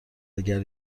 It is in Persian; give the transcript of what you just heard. اگر